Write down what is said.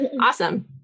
Awesome